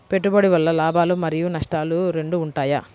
పెట్టుబడి వల్ల లాభాలు మరియు నష్టాలు రెండు ఉంటాయా?